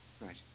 Right